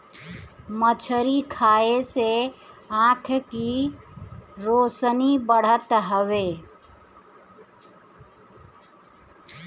मछरी खाए से आँख के रौशनी बढ़त हवे